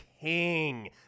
king